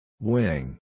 Wing